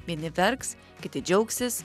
vieni verks kiti džiaugsis